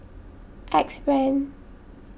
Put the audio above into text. Axe Brand